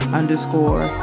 underscore